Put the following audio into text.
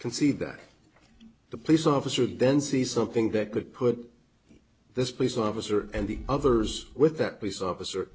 see that the police officer then sees something that could put this police officer and others with that police officer